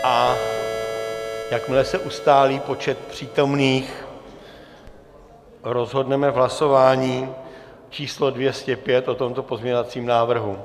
A jakmile se ustálí počet přítomných, rozhodneme v hlasování číslo dvě stě pět o tomto pozměňovacím návrhu.